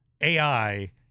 AI